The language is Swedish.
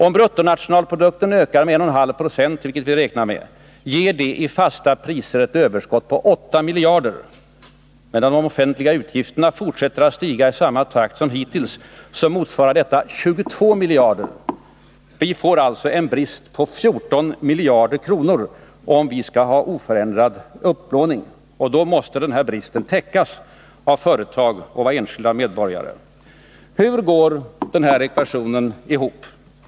Om bruttonationalprodukten ökar med 1,5 26, vilket vi räknar med, ger det i fasta priser ett överskott på 8 miljarder, men om de offentliga utgifterna fortsätter att stiga i samma takt som hittills motsvarar detta 22 miljarder. Vi får alltså en brist på 14 miljarder kronor, om vi skall ha oförändrad upplåning. Då måste den bristen täckas av företag och av enskilda medborgare. Hur går den här ekvationen ihop?